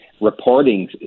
reporting